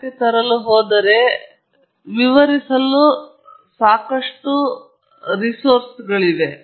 ನೀವು ಬಲಭಾಗದಲ್ಲಿ ನೋಡಿದರೆ ಎಸ್ಎನ್ಆರ್ 10 ರ ಪರಿಸ್ಥಿತಿ ಅಥವಾ ಪರಿಸ್ಥಿತಿ